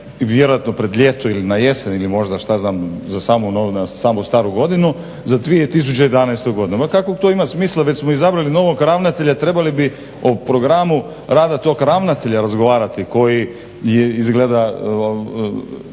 vjerojatno pred ljeto ili na jesen ili možda za samu Staru godinu za 2011. godinu. Ma kakvog to ima smisla, već smo izabrali novog ravnatelja, trebali bi o programu rada tog ravnatelja razgovarati koji izgleda